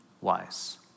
wise